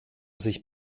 sich